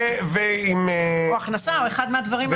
הכנסה ושימוש -- או הכנסה או אחד הדברים האחרים.